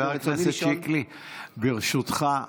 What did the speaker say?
חבר הכנסת שיקלי, ברשותך,